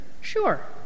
Sure